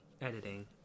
editing